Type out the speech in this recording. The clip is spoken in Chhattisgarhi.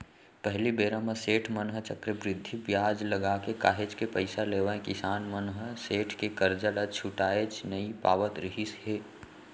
पहिली बेरा म सेठ मन ह चक्रबृद्धि बियाज लगाके काहेच के पइसा लेवय किसान मन ह सेठ के करजा ल छुटाएच नइ पावत रिहिस हे